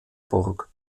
burg